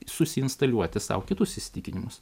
susiinstaliuoti sau kitus įsitikinimus